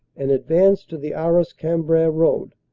and advanced to the arras-cambrai road,